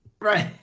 Right